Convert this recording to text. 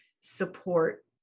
support